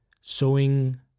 sewing